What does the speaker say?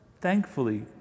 thankfully